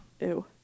Ew